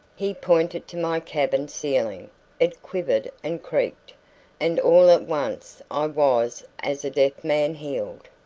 he pointed to my cabin ceiling it quivered and creaked and all at once i was as a deaf man healed.